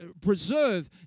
preserve